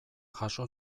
jaso